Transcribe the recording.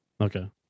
Okay